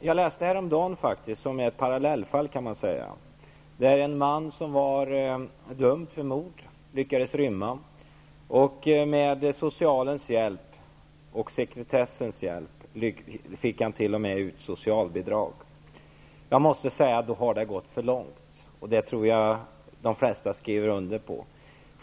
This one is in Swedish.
Jag läste häromdagen om ett parallellfall. Det gällde en man som var dömd för mord. Han lyckades rymma. Med det socialas och sekretessens hjälp fick han t.o.m. ut socialbidrag. Då har det gått för långt. Det tror jag att de flesta skriver under på.